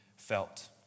felt